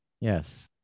yes